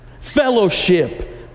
fellowship